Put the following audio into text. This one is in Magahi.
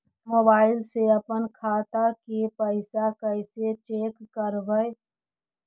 मोबाईल से अपन खाता के पैसा कैसे चेक करबई?